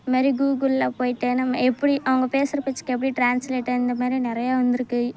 இந்தமாதிரி கூகுளில் போய்ட்டு நம்ம எப்படி அவங்க பேசுகிற பேச்சுக்கு எப்படி டிரான்ஸ்லேட் இந்தமாதிரி நிறையா வந்திருக்கு